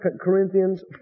Corinthians